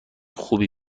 خوبی